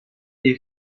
les